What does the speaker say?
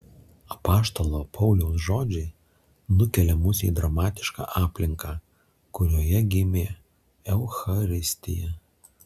apaštalo pauliaus žodžiai nukelia mus į dramatišką aplinką kurioje gimė eucharistija